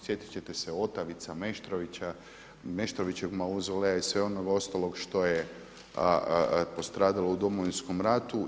Sjetit ćete se Otavica, Meštrovićevog mauzoleja i svega onog ostalog što je postradalo u Domovinskom ratu.